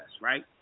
right